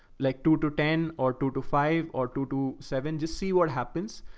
like two to ten or two to five or two to seven, just see what happens,